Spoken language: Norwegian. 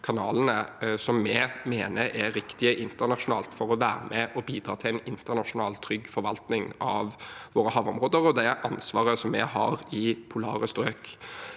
vi mener er riktige internasjonalt for å være med på å bidra til en internasjonal, trygg forvaltning av våre havområder og det ansvaret vi har i polare strøk.